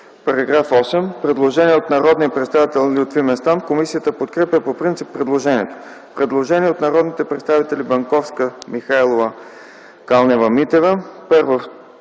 По § 4 има предложение от народния представител Лютви Местан. Комисията подкрепя по принцип предложението. Предложение от народните представители Банковска, Михайлова и Калнева-Митева.